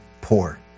poor